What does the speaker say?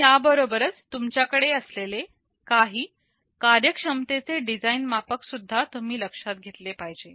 आणि याबरोबरच तुमच्याकडे असलेले काही कार्य क्षमतेचे डिझाईन मापक सुद्धा तुम्ही लक्षात घेतले पाहिजे